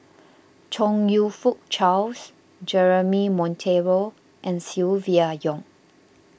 Chong You Fook Charles Jeremy Monteiro and Silvia Yong